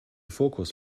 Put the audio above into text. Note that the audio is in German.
fokus